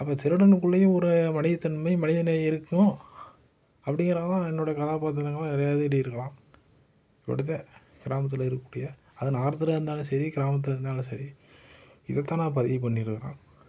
அப்போ திருடனுக்குள்ளையும் ஒரு மனிதத்தன்மை மனிதநேயம் இருக்கும் அப்படீங்குறதுதான் என்னுடைய கதாபாத்திரங்களாக நிறையா இது எழுதியிருக்கலாம் அப்படிதான் கிராமத்தில் இருக்கக்கூடிய அது நகரத்தில் இருந்தாலும் சரி கிராமத்தில் இருந்தாலும் சரி இதைத்தான் நான் பதிவு பண்ணியிருக்கணும்